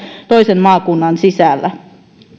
toisen maakunnan sisällä